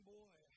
boy